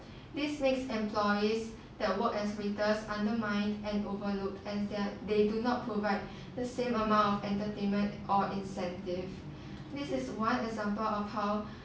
this makes employees that work as waiters undermined and overlooked and their they do not provide the same amount of entertainment or incentive this is one example of how